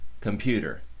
computer